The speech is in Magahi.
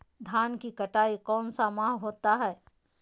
धान की कटाई कौन सा माह होता है?